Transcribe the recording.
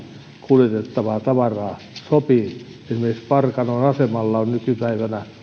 kuljetettavaa tavaraa sopii esimerkiksi parkanon asemalla on nykypäivänä